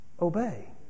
Obey